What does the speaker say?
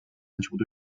篮球队